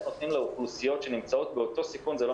נותנים לאוכלוסיות שנמצאות באותו סיכון זה לא